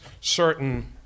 certain